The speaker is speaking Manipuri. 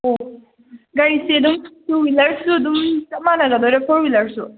ꯑꯣ ꯒꯥꯔꯤꯁꯦ ꯑꯗꯨꯝ ꯇꯨ ꯍ꯭ꯋꯤꯂꯔꯁꯨ ꯑꯗꯨꯝ ꯆꯞ ꯃꯥꯅꯒꯗꯣꯏꯔ ꯐꯣꯔ ꯍ꯭ꯋꯤꯂꯔꯁꯨ